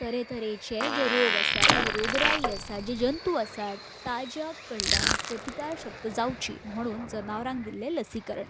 तरेतरेचे जे रोग आसात जे रोगरायी आसा जे जंतू आसात ताच्या कडल्यान प्रतिकार शक्त जावची म्हणून जनावरांक दिल्लें लसीकरण